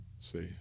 see